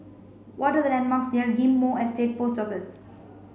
what are the landmarks near Ghim Moh Estate Post Office